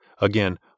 Again